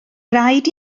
raid